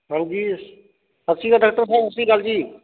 ਹਾਂਜੀ ਸਤਿ ਸ਼੍ਰੀ ਅਕਾਲ ਡਾਕਟਰ ਸਾਹਿਬ ਸਤਿ ਸ਼੍ਰੀ ਅਕਾਲ ਜੀ